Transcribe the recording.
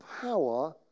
power